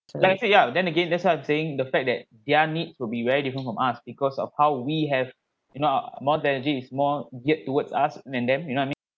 like I say yeah then again that's what I'm saying the fact that there are needs to be very different from us because of how we have you know uh more is get towards us than them you know I mean